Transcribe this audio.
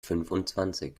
fünfundzwanzig